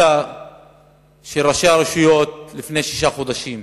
של ראשי הרשויות לפני שישה חודשים.